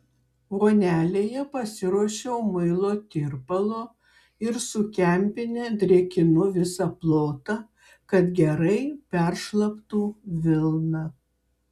vonelėje pasiruošiau muilo tirpalo ir su kempine drėkinu visą plotą kad gerai peršlaptų vilna